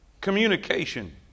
Communication